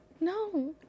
No